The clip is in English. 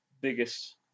biggest